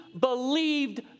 believed